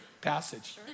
passage